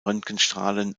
röntgenstrahlen